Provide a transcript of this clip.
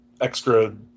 extra